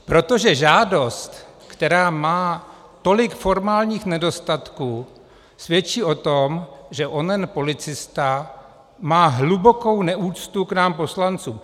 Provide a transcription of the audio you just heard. Protože žádost, která má tolik formálních nedostatků, svědčí o tom, že onen policista má hlubokou neúctu k nám poslancům.